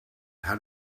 how